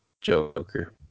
Joker